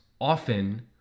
often